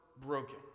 broken